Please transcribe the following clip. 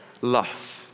love